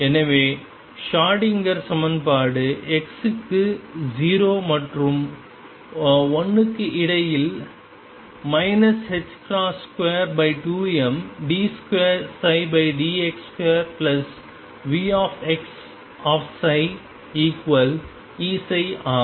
எனவே Schrödinger Schrödinger சமன்பாடு x க்கு 0 மற்றும் l க்கு இடையில் 22md2dx2VψEψ ஆகும்